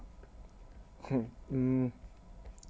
hmm mm